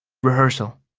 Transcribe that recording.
rehearsal